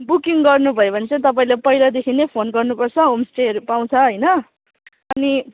booking गर्नुभयो भने चाहिँ तपाईँले पहिलादेखि नै फोन गर्नुपर्छ होमस्टेहरू पाउँछ होइन